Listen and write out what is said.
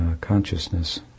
consciousness